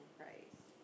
Christ